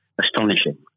astonishing